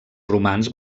romans